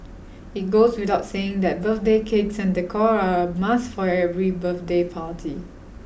it goes without saying that birthday cakes and decor are a must for every birthday party